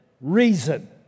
reason